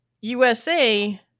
USA